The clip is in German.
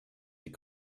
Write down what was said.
die